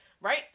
Right